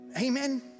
Amen